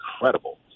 incredible